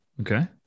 Okay